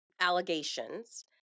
allegations